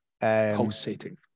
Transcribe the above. pulsating